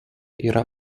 yra